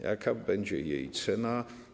Jaka będzie jej cena?